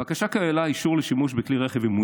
הבקשה כללה אישור לשימוש בכלי רכב עם מוזיקה.